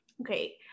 okay